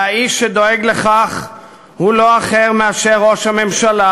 והאיש שדואג לכך הוא לא אחר מאשר ראש הממשלה,